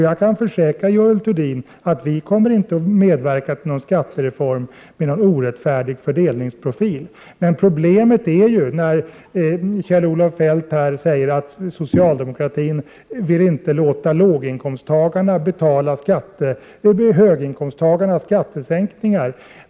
Jag kan försäkra Görel Thurdin att vi inte kommer att medverka till en skattereform som har en orättfärdig fördelningsprofil. Problemet är ju att Kjell-Olof Feldt här säger att socialdemokratin inte vill låta låginkomsttagarna betala höginkomsttagarnas skattesänkningar.